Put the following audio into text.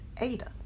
Ada